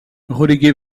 relégué